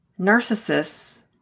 Narcissists